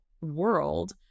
world